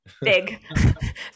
Big